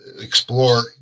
explore